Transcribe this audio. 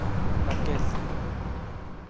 Rakesh